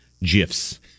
GIFs